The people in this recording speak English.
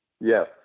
Yes